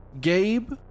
gabe